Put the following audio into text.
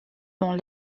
dans